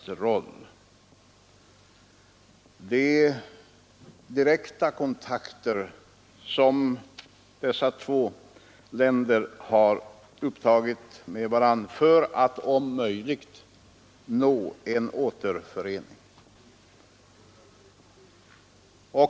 De direkta kontakter som Nordoch Sydkorea upptagit med varandra för att om möjligt uppnå en återförening har också spelat en roll i utskottets överväganden.